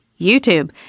YouTube